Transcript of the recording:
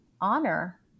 honor